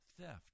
theft